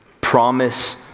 Promise